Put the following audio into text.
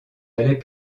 allait